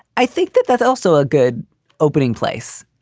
i think that that's also a good opening place.